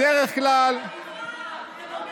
בדרך כלל, אתה לא מתבייש?